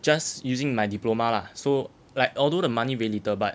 just using my diploma lah so like although the money very little but